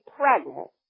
pregnant